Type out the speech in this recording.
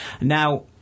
Now